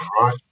right